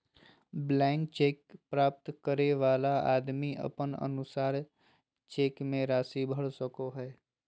blank cheque प्राप्त करे वाला आदमी अपन अनुसार चेक मे राशि भर सको हय